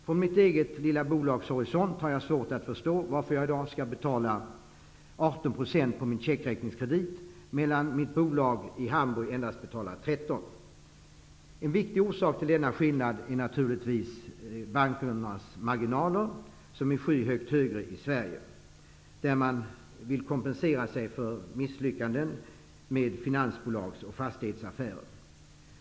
Från mitt eget lilla bolags horisont har jag svårt att förstå varför jag i dag skall betala 18 % ränta på min checkräkningskredit, medan mitt bolag i Hamburg endast betalar 13 %. En viktig anledning till denna skillnad är att bankerna i Sverige har skyhöga marginalräntor. De vill kompensera för misslyckandena i finansbolagsoch fastighetsaffärer.